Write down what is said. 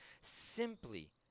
Simply